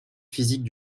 physiques